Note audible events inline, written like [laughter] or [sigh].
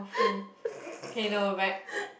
[laughs]